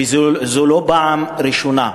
וזו לא פעם ראשונה.